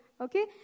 Okay